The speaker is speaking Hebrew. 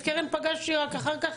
את קרן פגשתי רק אחר כך,